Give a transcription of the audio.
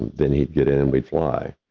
then, he'd get in and we'd fly.